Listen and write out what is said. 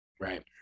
right